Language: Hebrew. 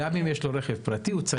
גם אם יש לו רכב פרטי הוא צריך לשלם